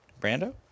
Brando